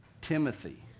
Timothy